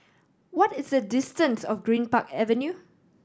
what is the distance of Greenpark Avenue